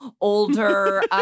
older